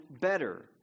better